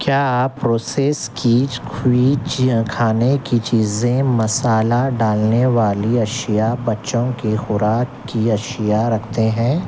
کیا آپ پروسیس کیچ کھویچ کھانے کی چیزیں مسالا ڈالنے والی اشیا بچوں کی خوراک کی اشیا رکھتے ہیں